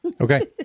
Okay